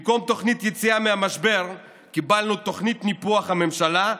במקום תוכנית יציאה מהמשבר קיבלנו תוכנית ניפוח הממשלה,